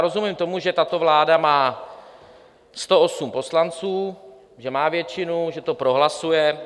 Rozumím tomu, že tato vláda má 108 poslanců, že má většinu, že to prohlasuje.